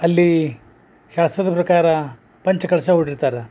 ಅಲ್ಲಿ ಶಾಸ್ತ್ರದ ಪ್ರಕಾರ ಪಂಚ ಕಲಶ ಹೂಡಿರ್ತರ